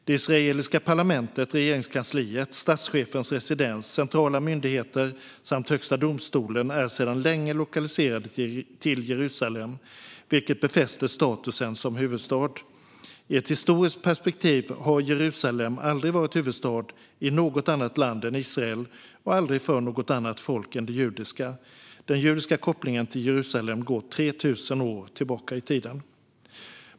Det israeliska parlamentet, regeringskansliet, statschefens residens, centrala myndigheter samt högsta domstolen är sedan länge lokaliserade till Jerusalem, vilket befäster stadens status som huvudstad. I ett historiskt perspektiv har Jerusalem aldrig varit huvudstad i något annat land än Israel och aldrig för något annat folk än det judiska. Den judiska kopplingen till Jerusalem går 3 000 år tillbaka i tiden.